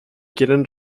quieren